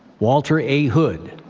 walter a. hood,